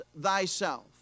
thyself